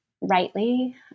rightly